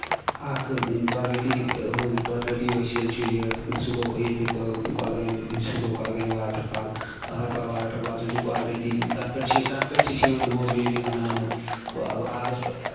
اکھ قۄدرٔتی ہُہ قۄدرٔتی ؤسیٖل چھُ یہِ سُہ گوٚو ییٚتہِ کۄلگامہِ سُہ گوٚو کۄلگامہِ واٹر فال أہر بل وَٹر فال سُہ چھُ قۄدرٔتی تَتھ پٮ۪ٹھ چھِ تتھ پٮ۪ٹھ تہِ چھِ یِوان ہُہ بِجلی بَناونہٕ وا وا آبَس پٮ۪ٹھ